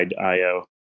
IO